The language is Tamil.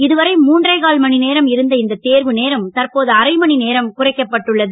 இதுவரை மூன்றே கால் மணி நேரம் இந்த தேர்வு நேரம் தற்போது அரை மணி நேரம் இருந்த குறைக்கப்பட்டுள்ளது